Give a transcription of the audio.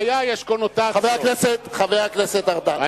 חבר הכנסת חסון, אין לך זכות.